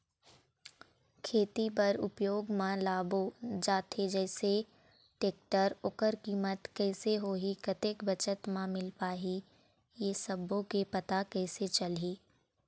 खेती बर उपयोग मा लाबो जाथे जैसे टेक्टर ओकर कीमत कैसे होही कतेक बचत मा मिल पाही ये सब्बो के पता कैसे चलही?